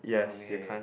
okay